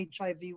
HIV